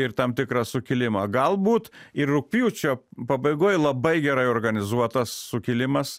ir tam tikrą sukilimą galbūt ir rugpjūčio pabaigoj labai gerai organizuotas sukilimas